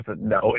No